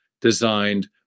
designed